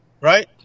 Right